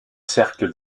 cercle